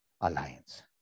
alliance